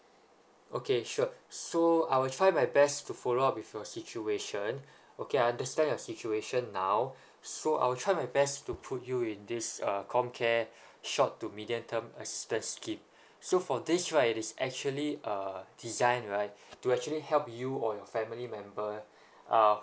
okay sure so I will try my best to follow up with your situation okay I understand your situation now so I will try my best to put you in this uh comcare short to medium term assistance scheme so for this right it's actually a design right to actually help you or your family member uh